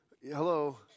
Hello